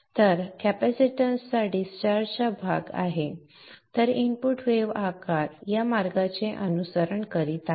तर कॅपेसिटन्सचा डिस्चार्ज भाग आहे तर इनपुट वेव्ह आकार या मार्गाचे अनुसरण करीत आहे